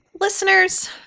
Listeners